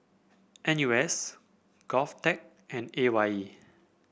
N U S Govtech and A Y E